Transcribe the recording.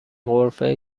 غرفه